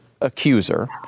accuser